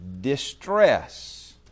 Distress